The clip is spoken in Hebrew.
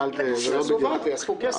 שיעשו ועד ויאספו כסף.